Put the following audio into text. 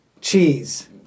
cheese